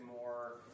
more